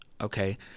Okay